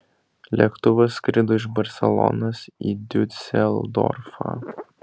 lėktuvas skrido iš barselonos į diuseldorfą